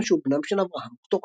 שהוא בנם של אברהם וקטורה.